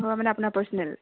অঁ মানে আপোনাৰ পাৰ্চনেল